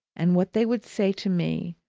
and what they would say to me,